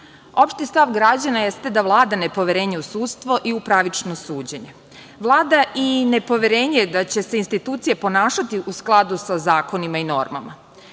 data. Opšti stav građana jeste da vlada nepoverenje u sudstvo i u pravičnost suđenja. Vlada i nepoverenje da će si institucije ponašati u skladu sa zakonima i normama. Većina